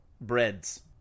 Breads